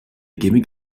gimmick